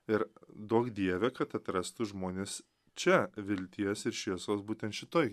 ir duok dieve kad atrastų žmonės čia vilties ir šviesos būtent šitoj